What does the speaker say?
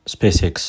SpaceX